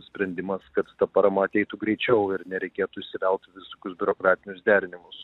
sprendimas kad ta parama ateitų greičiau ir nereikėtų įsivelt į visokius biurokratinius derinimus